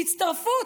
תצטרפו,